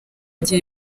gihe